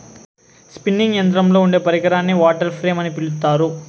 spinning యంత్రంలో ఉండే పరికరాన్ని వాటర్ ఫ్రేమ్ అని పిలుత్తారు